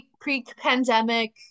pre-pandemic